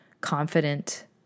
confident